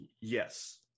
yes